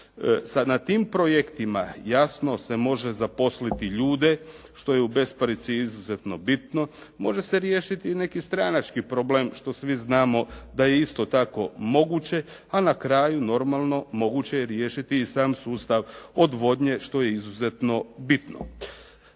Na tim projektima, jasno, se može zaposliti ljude što je u besparici izuzetno bitno, može se riješiti neki stranački problem, što svi znamo da je isto tako moguće, a na kraju normalno, moguće je riješiti i sam sustav odvodnje, što je izuzetno bitno.